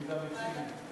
ועדת הפנים.